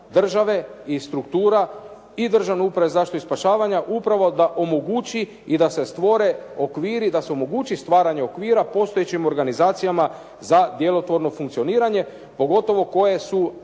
države i struktura i Državne uprave za zaštitu i spašavanje upravo da omogući i da se stvore okviri, da se omogući stvaranje okvira postojećim organizacijama za djelotvorno funkcioniranje pogotovo koje su